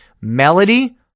melody